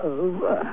over